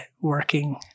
working